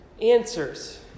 answers